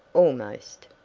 almost.